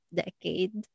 decade